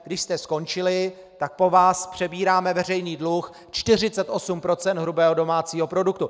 Když jste skončili, tak po vás přebíráme veřejný dluh 48 % hrubého domácího produktu.